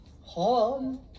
home